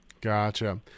Gotcha